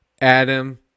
Adam